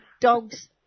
dogs